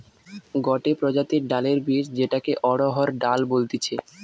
গটে প্রজাতির ডালের বীজ যেটাকে অড়হর ডাল বলতিছে